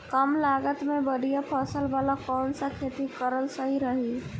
कमलागत मे बढ़िया फसल वाला कौन सा खेती करल सही रही?